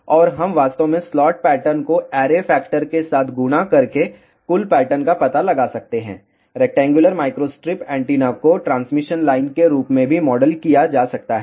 और हम वास्तव में स्लॉट पैटर्न को ऐरे फैक्टर के साथ गुणा करके कुल पैटर्न का पता लगा सकते हैं रेक्टेंगुलर माइक्रोस्ट्रिप एंटीना को ट्रांसमिशन लाइन के रूप में भी मॉडल किया जा सकता है